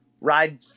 ride